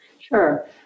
Sure